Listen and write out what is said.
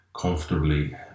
comfortably